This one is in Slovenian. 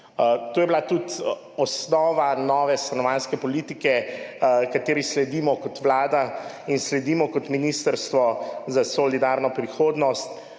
To je bila tudi osnova nove stanovanjske politike, ki ji sledimo kot Vlada in kot Ministrstvo za solidarno prihodnost